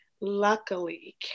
luckily